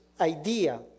idea